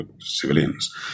civilians